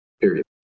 period